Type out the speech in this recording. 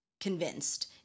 convinced